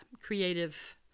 creative